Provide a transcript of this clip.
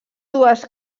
dues